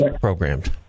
programmed